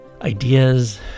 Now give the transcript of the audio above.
ideas